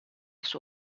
suo